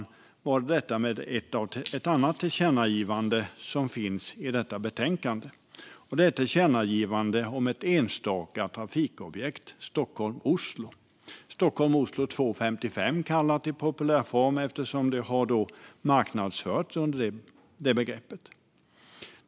Avslutningsvis vill jag tala om ett förslag till tillkännagivande i betänkandet. Det är ett tillkännagivande om ett enstaka trafikobjekt: Stockholm-Oslo. Det kallas Oslo-Stockholm 2.55 i populärform eftersom det har marknadsförts under det begreppet.